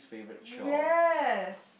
yes